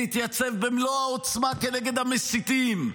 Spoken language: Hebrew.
להתייצב במלוא העוצמה כנגד המסיתים,